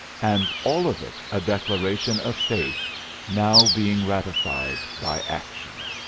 and all of it a declaration of faith now being ratified by action